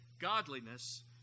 godliness